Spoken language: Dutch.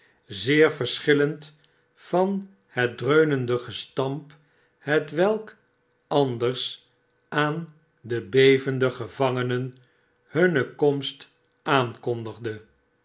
zeer verschillend van het dreunende gestamp hetwelk anders aan de bevende gevangenen hunne komst aankondigde